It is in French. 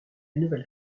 nouvelle